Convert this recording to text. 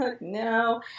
No